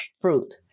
fruit